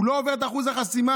הוא לא עובר את אחוז החסימה.